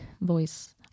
voice